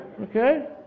Okay